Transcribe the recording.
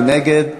מי נגד?